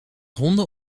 honden